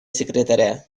секретаря